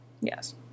Yes